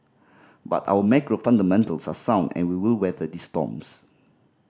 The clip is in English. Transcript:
but our macro fundamentals are sound and we will weather these storms